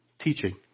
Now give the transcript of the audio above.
teaching